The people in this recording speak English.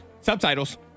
Subtitles